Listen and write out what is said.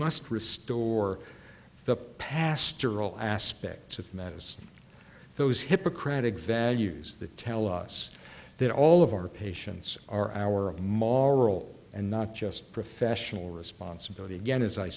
must restore the pastoral aspects of medicine those hippocratic values that tell us that all of our patients are our moral and not just professional responsibility again as i